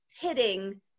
pitting